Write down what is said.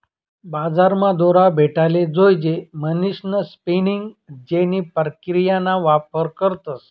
बजारमा दोरा भेटाले जोयजे म्हणीसन स्पिनिंग जेनी प्रक्रियाना वापर करतस